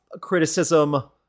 criticism